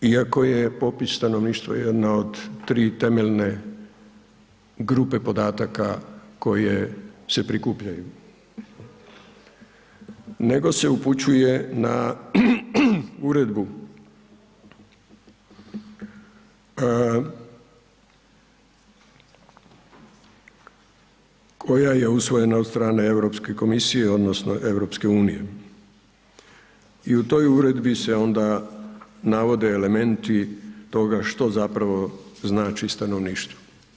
Iako je popis stanovništva jedna od tri temeljne grupe podataka koje se prikupljaju nego se upućuje na uredbu koja je usvojena od strane Europske komisije odnosno EU-a i u toj uredbi se onda navode elementi toga što zapravo znači stanovništvo.